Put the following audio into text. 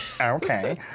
Okay